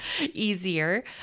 easier